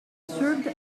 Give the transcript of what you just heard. served